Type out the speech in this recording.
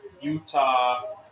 Utah